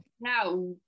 Now